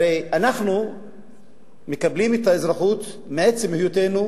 הרי אנחנו מקבלים את האזרחות מעצם היותנו,